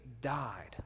died